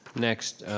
next,